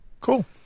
Cool